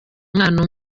umwana